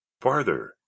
farther